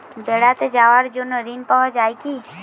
বেড়াতে যাওয়ার জন্য ঋণ পাওয়া যায় কি?